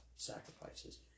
Sacrifices